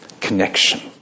connection